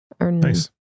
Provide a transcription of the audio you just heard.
Nice